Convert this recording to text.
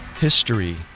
History